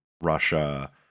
Russia